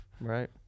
Right